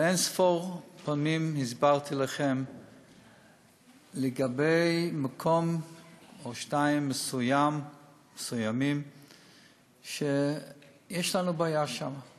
אין-ספור פעמים הסברתי לכם לגבי מקום או שניים מסוימים שיש לנו בעיה שם.